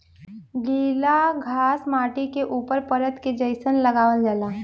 गिला घास माटी के ऊपर परत के जइसन लगावल जाला